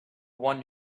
one